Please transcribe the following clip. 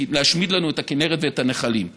להשמיד לנו את הכינרת ואת הנחלים.